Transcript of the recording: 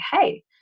hey